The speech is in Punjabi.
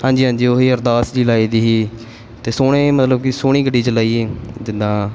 ਹਾਂਜੀ ਹਾਂਜੀ ਉਹੀ ਅਰਦਾਸ ਜੀ ਲਾਈ ਦੀ ਸੀ ਅਤੇ ਸੋਹਣੇ ਮਤਲਬ ਕਿ ਸੋਹਣੀ ਗੱਡੀ ਚਲਾਈ ਸੀ ਜਿੱਦਾਂ